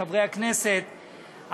חברי הכנסת,